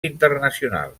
internacional